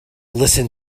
listen